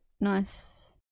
Nice